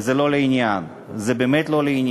וזה לא לעניין, זה באמת לא לעניין.